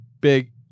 big